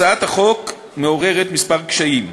הצעת החוק בנוסחה הנוכחי מעוררת כמה קשיים.